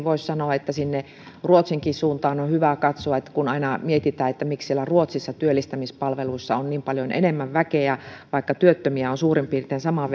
voisi sanoa että sinne ruotsinkin suuntaan on on hyvä katsoa kun aina mietitään että miksi siellä ruotsissa työllistämispalveluissa on niin paljon enemmän väkeä vaikka työttömiä on suurin piirtein saman